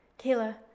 Kayla